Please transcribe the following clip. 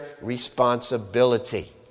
responsibility